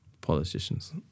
politicians